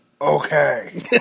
Okay